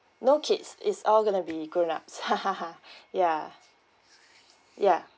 no kids is all going to be grown ups ya yeah